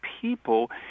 people